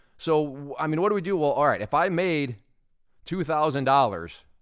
so i mean, what do we do? well, all right, if i made two thousand dollars,